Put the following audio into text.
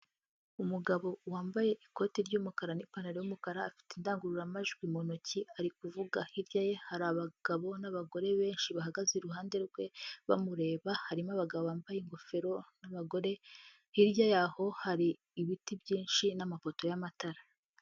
Umugabo wambaye ikoti ry'umukara n'ipantaro y'umukara, afite indangururamajwi mu ntoki ari kuvuga, hirya ye hari abagabo n'abagore benshi bahagaze iruhande rwe bamureba, harimo abagabo bambaye ingofero n'abagore hirya yaho hari ibiti byinshi n'amafoto y'amatara.